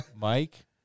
Mike